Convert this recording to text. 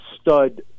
stud